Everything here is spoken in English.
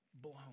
blown